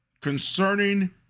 Concerning